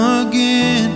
again